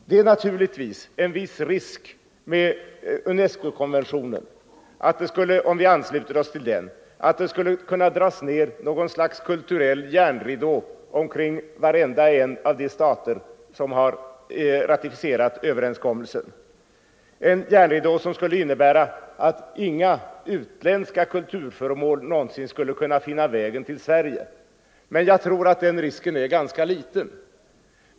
Det finns naturligtvis en viss risk för att det kan dras ned något slags kulturell järnridå omkring varenda en av de stater som ratificerar UNESCO-konventionen. Det skulle innebära att inga utländska kulturföremål någonsin skulle kunna finna vägen till Sverige. Men jag tror att den risken är ganska liten.